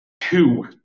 Two